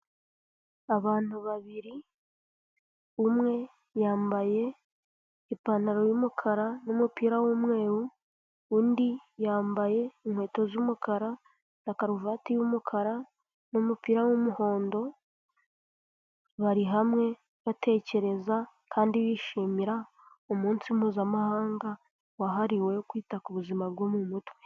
Abantu babiri umwe yambaye ipantaro y'umukara n'umupira wumweru, undi yambaye inkweto z'umukara na karuvati y'umukara, n'umupira w'umuhondo bari hamwe batekereza kandi bishimira umunsi mpuzamahanga wahariwe kwita ku buzima bwo mumutwe.